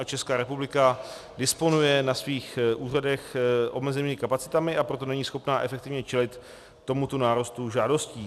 Česká republika disponuje na svých úřadech omezenými kapacitami, a proto není schopna efektivně čelit tomuto nárůstu žádostí.